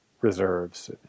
reserves